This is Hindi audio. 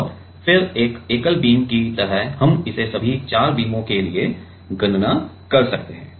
और फिर एक एकल बीम की तरह हम इसे सभी 4 बीमों के लिए गणना कर सकते हैं